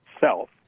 self